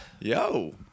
Yo